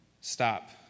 stop